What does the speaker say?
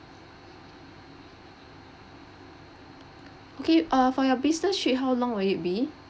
okay uh for your business trip how long will it be